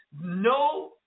No